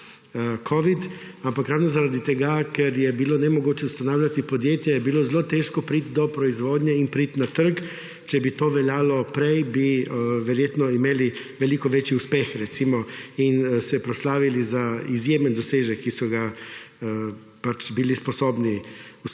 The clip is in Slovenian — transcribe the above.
ampak ravno zaradi tega, ker je bilo nemogoče ustanavljati podjetje, je bilo zelo težko priti do proizvodnje in priti na trg. Če bi to veljalo prej, bi verjetno imeli veliko večji uspeh, recimo, in se proslavili za izjemen dosežek, ki so ga pač bili sposobni ustvariti.